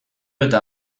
eta